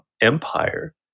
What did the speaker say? empire